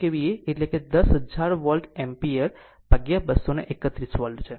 આમ 10 કેવીએ એટલે કે 10000 વોલ્ટ એમ્પીયર ભાગ્યા 231 વોલ્ટ છે